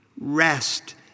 Rest